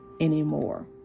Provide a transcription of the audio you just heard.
anymore